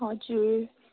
हजुर